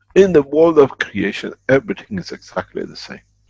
in the world of creation, everything is exactly the same.